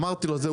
אמרתי לו את זה,